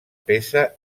peça